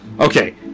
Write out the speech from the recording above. Okay